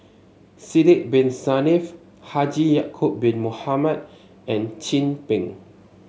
Sidek Bin Saniff Haji Ya'acob Bin Mohamed and Chin Peng